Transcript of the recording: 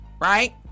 right